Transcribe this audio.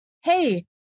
Hey